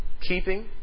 keeping